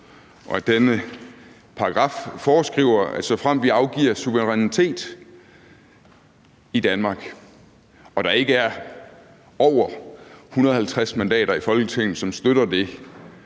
og at denne paragraf foreskriver, at såfremt vi afgiver suverænitet i Danmark og der ikke er over 150 mandater i Folketinget, som støtter det,